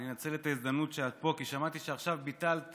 אני אנצל את ההזדמנות שאת פה כי שמעתי שעכשיו ביטלת